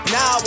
Now